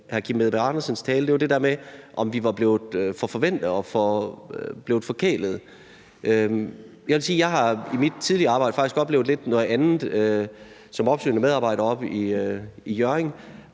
hr. Kim Edberg Andersens tale, var det der med, om vi var blevet for forvænte og blevet forkælede. Jeg har i mit tidligere arbejde som opsøgende medarbejder oppe i Hjørring